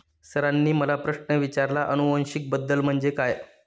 सरांनी मला प्रश्न विचारला आनुवंशिक बदल म्हणजे काय?